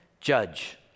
Judge